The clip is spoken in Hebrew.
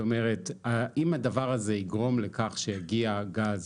אם הדבר הזה יגרום לכך שיגיע גז